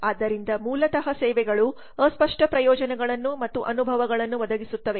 ಆದ್ದರಿಂದ ಮೂಲತಃ ಸೇವೆಗಳು ಅಸ್ಪಷ್ಟ ಪ್ರಯೋಜನಗಳನ್ನು ಮತ್ತು ಅನುಭವಗಳನ್ನು ಒದಗಿಸುತ್ತವೆ